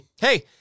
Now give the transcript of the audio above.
Hey